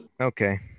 okay